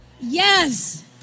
Yes